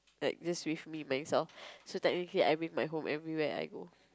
like just with me myself so technically I bring my home everywhere I go